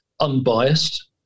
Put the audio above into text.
unbiased